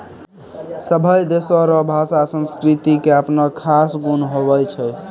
सभै देशो रो भाषा संस्कृति के अपनो खास गुण हुवै छै